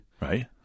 Right